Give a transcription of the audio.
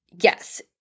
Yes